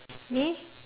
me